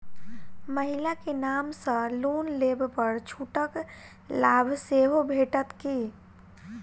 महिला केँ नाम सँ लोन लेबऽ पर छुटक लाभ सेहो भेटत की?